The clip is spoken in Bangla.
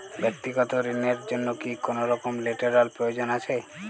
ব্যাক্তিগত ঋণ র জন্য কি কোনরকম লেটেরাল প্রয়োজন আছে?